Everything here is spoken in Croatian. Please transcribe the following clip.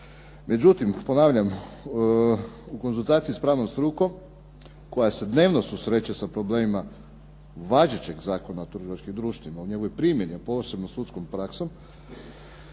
Međutim, ponavljam, u konzultaciji s pravnom strukom koja se dnevno susreće sa problemima važećeg Zakona o trgovačkim društvima, u njegovoj primjeni, a posebno sudskom praksom